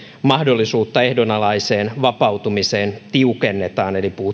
mahdollisuutta ehdonalaiseen vapautumiseen tiukennetaan eli